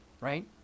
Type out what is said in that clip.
right